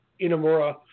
Inamura